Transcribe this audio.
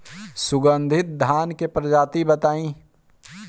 सुगन्धित धान क प्रजाति बताई?